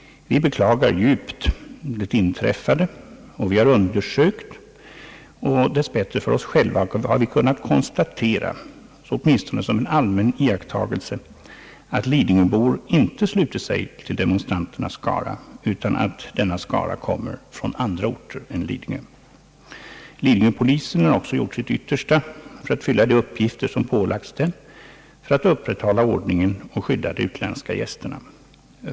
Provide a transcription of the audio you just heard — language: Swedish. Vi beklagar djupt det inträffade. Vi har undersökt och har dess bättre för oss själva kunnat konstatera, åtminstone såsom en allmän iakttagelse, att lidingöbor inte har slutit sig till demonstranternas skara utan att denna skara har kommit från andra orter än Lidingö. Lidingöpolisen har även gjort sitt yttersta för att fylla de uppgifter som ålagts den för att upprätthålla ordning och skydda de utländska gästerna.